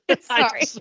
Sorry